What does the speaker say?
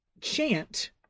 chant